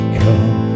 come